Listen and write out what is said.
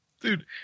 dude